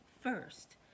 first